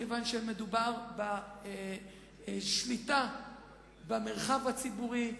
מכיוון שמדובר בשליטה במרחב הציבורי,